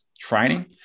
training